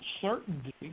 certainty